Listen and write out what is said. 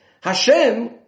Hashem